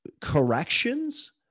corrections